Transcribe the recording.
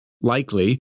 likely